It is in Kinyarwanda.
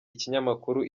ikinyamakuru